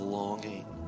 longing